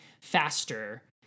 faster